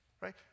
Right